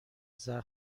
زخم